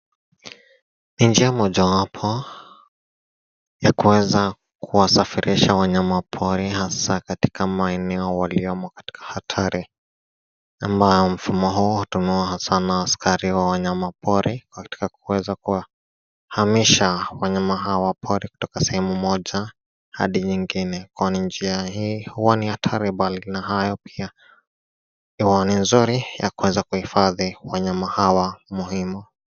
Ni njia moja wapo, ya kuweza kuwasafirisha wanyama pori hasa katika maeneo waliomo katika hatari, ama mfumo huu hutumiwa hasa na askari wa wanyamapori wakitaka kuweza kuwahamisha wanyama hawa wa pori kutoka sehemu moja hadi nyingine kwani njia hii huwa ni hatari bali na hayo pia huwa ni nzuri ya kuweza kuhifadhi wanyama hawa muhimu.